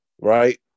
right